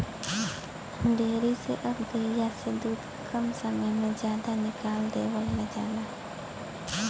dairy से अब गइया से दूध कम समय में जादा निकाल लेवल जाला